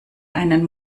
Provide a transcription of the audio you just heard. einen